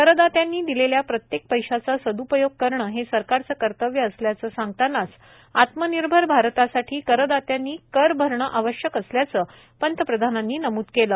करदात्यांनी दिलेल्या प्रत्येक पैशाचा सद्पयोग करणं हे सरकारचं कर्तव्य असल्याचं सांगतानाच आत्मनिर्भर भारतासाठी करदात्यांनी कर भरणं आवश्यक असल्याचं पंतप्रधानांनी नमूद केलं